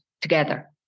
together